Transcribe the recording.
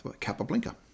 Capablanca